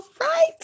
right